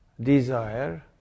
desire